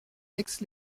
aix